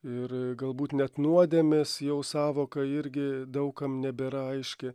ir galbūt net nuodėmės jau sąvoka irgi daug kam nebėra aiški